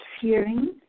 hearing